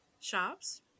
shops